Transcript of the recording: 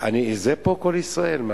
זה פה, קול ישראל.